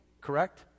Correct